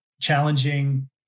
challenging